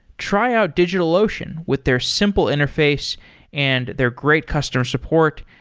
try out digitalocean with their simple interface and their great customer support,